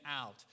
out